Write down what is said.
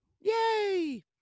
Yay